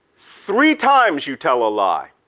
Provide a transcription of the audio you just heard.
three times you tell a lie,